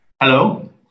Hello